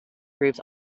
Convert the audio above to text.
groups